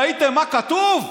ראיתם מה כתוב?